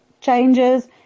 changes